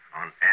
on